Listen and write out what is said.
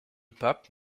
pape